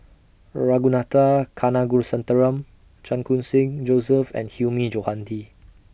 Ragunathar Kanagasuntheram Chan Khun Sing Joseph and Hilmi Johandi